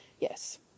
Yes